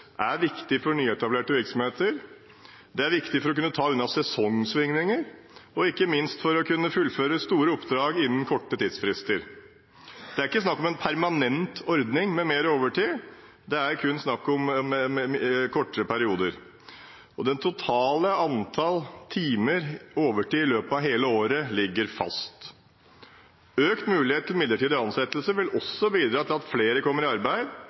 er viktig for nyetablerte virksomheter, det er viktig for å kunne ta unna sesongsvingninger og ikke minst for å kunne fullføre store oppdrag innen korte tidsfrister. Det er ikke snakk om en permanent ordning med mer overtid – det er kun snakk om kortere perioder. Det totale antall timer overtid i løpet av hele året ligger fast. Økt mulighet til midlertidig ansettelse vil også bidra til at flere kommer i arbeid.